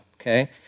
okay